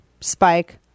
spike